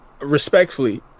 Respectfully